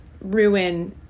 ruin